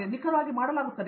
ನಿಖರವಾಗಿ ಮಾಡಲಾಗುತ್ತದೆ